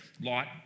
Lot